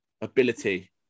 ability